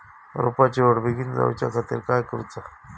रोपाची वाढ बिगीन जाऊच्या खातीर काय करुचा?